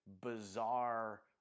bizarre